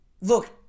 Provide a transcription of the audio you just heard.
Look